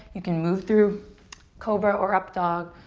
you can move through cobra or up dog.